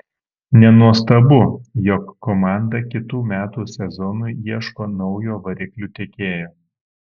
nenuostabu jog komanda kitų metų sezonui ieško naujo variklių tiekėjo